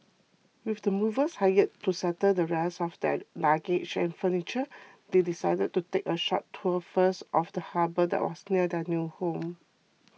with the movers hired to settle the rest of their luggage and furniture they decided to take a short tour first of the harbour that was near their new home